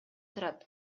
турат